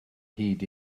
hyd